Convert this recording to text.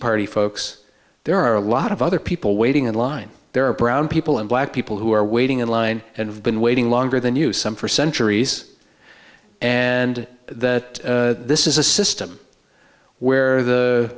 party folks there are a lot of other people waiting in line there are brown people and black people who are waiting in line and have been waiting longer than you some for centuries and that this is a system where the